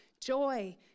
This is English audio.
joy